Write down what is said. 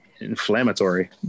inflammatory